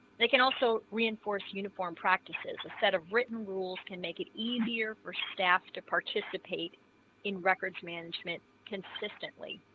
they can also reinforce uniform practices a set of written rules can make it easier for staff to participate in records management consistently